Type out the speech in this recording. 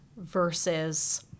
versus